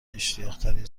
اشتیاقترین